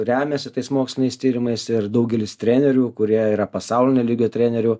remiasi tais moksliniais tyrimais ir daugelis trenerių kurie yra pasaulinio lygio trenerių